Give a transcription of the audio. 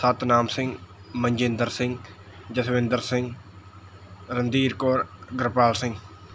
Satnam Singh Manjinder Singh Jaswinder Singh Randhir Kaur Gurpal Singh